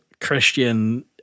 Christian